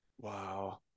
Wow